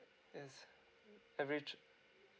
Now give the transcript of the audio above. is average